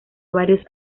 varios